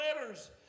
letters